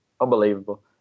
unbelievable